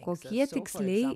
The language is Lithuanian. kokie tiksliai